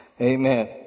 Amen